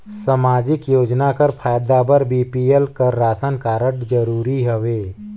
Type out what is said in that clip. समाजिक योजना कर फायदा बर बी.पी.एल कर राशन कारड जरूरी हवे?